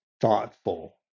Thoughtful